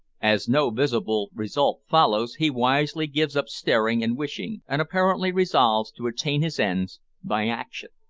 as no visible result follows, he wisely gives up staring and wishing, and apparently resolves to attain his ends by action.